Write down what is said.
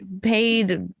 paid